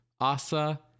Asa